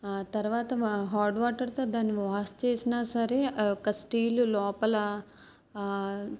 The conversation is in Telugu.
తర్వాత హార్డ్ వాటర్తో దాన్ని వాష్ చేసినా సరే ఆ యొక్క స్టీలు లోపల